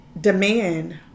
demand